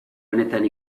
honetan